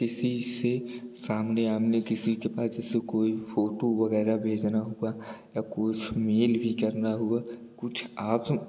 किसी से सामने आमने किसी के पास जैसे कोई फ़ोटू वगैरह भेजना हुआ या कुछ मेल भी करना हुआ कुछ आप